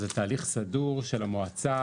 זה תהליך סדור של המועצה,